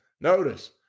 Notice